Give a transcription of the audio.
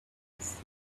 arise